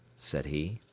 said he.